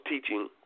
teaching